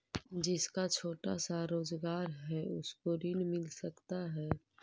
जिसका छोटा सा रोजगार है उसको ऋण मिल सकता है?